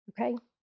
okay